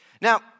Now